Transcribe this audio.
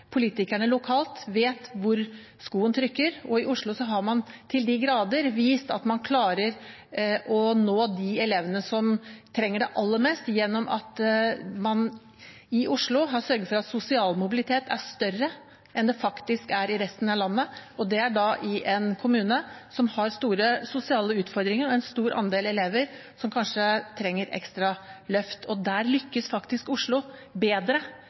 politikerne lokalt vet hvor skoen trykker, og i Oslo har man til de grader vist at man klarer å nå de elevene som trenger det aller mest, gjennom at man har sørget for at den sosiale mobiliteten er større enn den er i resten av landet. Det er i en kommune som har store sosiale utfordringer og en stor andel elever som kanskje trenger ekstra løft. Der lykkes Oslo-skolen faktisk bedre